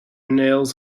nails